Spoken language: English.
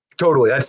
totally,